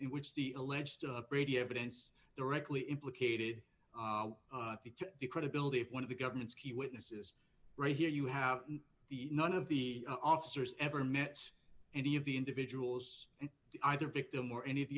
in which the alleged brady evidence directly implicated the credibility of one of the government's key witnesses right here you have the none of the officers ever met any of the individuals either victim or any of